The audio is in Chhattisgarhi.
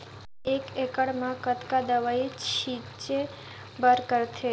एक एकड़ म कतका ढोल दवई छीचे बर लगथे?